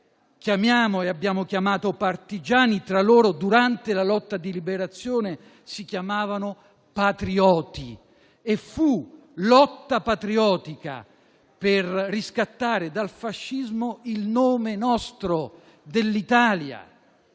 chiamiamo e abbiamo chiamato partigiani, tra loro, durante la lotta di liberazione, si chiamavano patrioti. E fu lotta patriottica per riscattare dal fascismo il nome nostro, dell'Italia.